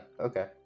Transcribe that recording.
okay